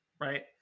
Right